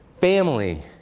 Family